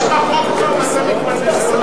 יש לך רוב ואתה מתפלמס,